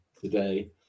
today